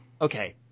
okay